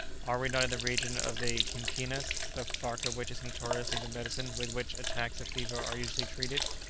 are we not in the region of the quinquinas, the bark of which is notoriously the medicine with which attacks of fever are usually treated?